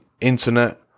internet